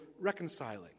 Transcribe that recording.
reconciling